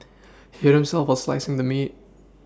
he hurt himself while slicing the meat